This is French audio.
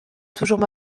toujours